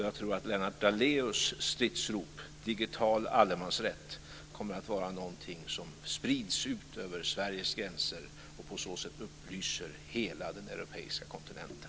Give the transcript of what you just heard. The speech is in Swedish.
Jag tror att Lennart Daléus stridsrop, digital allemansrätt, kommer att vara någonting som sprids ut över Sveriges gränser och på så sätt upplyser hela den europeiska kontinenten.